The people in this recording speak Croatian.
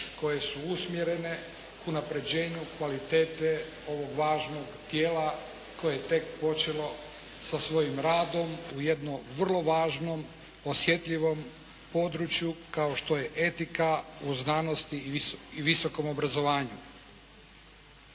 koje su usmjerene unapređenju kvalitete ovog važnog tijela koje je tek počelo sa svojim radom u jednom vrlo važnom, osjetljivom području kao što je etika u znanosti i visokom obrazovanju.